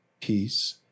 peace